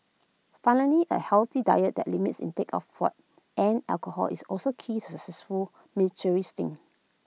finally A healthy diet that limits intake of fat and alcohol is also key to successful military stint